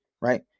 right